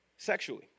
sexually